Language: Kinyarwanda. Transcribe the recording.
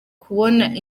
kubona